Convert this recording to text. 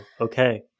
Okay